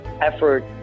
effort